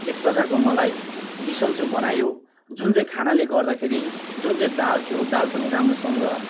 एकप्रकारको मलाई बिसन्चो बनायो जुन चाहिँ खानाले गर्दाखेरि जुन चाहिँ दाल थियो दाल पनि राम्रोसँग